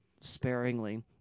sparingly